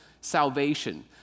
salvation